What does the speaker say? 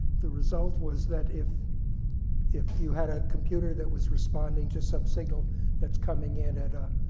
the result was that, if if you had a computer that was responding to some signal that's coming in at a